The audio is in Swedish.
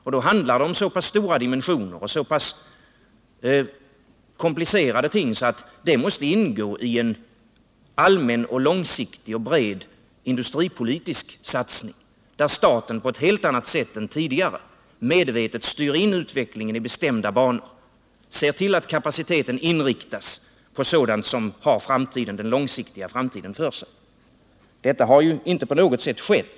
Och då handlar det om så pass stora dimensioner och så pass komplicerade ting att det hela måste ingå i en allmän, långsiktig och bred industripolitisk satsning, att staten på ett helt annat sätt än tidigare medvetet måste styra in utvecklingen i bestämda banor, se till att kapaciteten inriktas på sådant som har den långsiktiga framtiden för sig. Detta har inte på något sätt skett.